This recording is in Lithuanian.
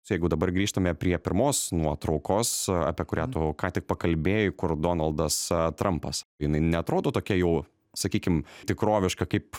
jeigu dabar grįžtame prie pirmos nuotraukos apie kurią tu ką tik pakalbėjai kur donaldas trumpas jinai neatrodo tokia jau sakykim tikroviška kaip